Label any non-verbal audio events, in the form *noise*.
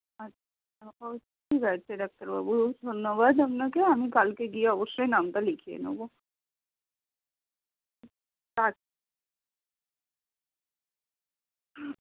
আচ্ছা *unintelligible* ঠিক আছে ডাক্তারবাবু ধন্যবাদ আপনাকে আমি কালকে গিয়ে অবশ্যই নামটা লিখিয়ে নেব আচ্ছা